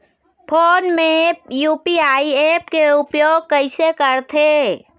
Phone मे UPI app के उपयोग कइसे करथे?